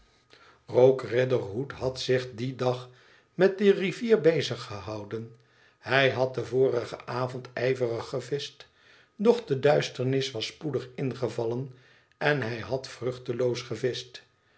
rogue riderhood had zich dien dag met de rivier bezig gehouden hij had den vorigen avond ijverig gevischt doch de duisternis was spoedig ingevallen en hij had vruchteloos gevischt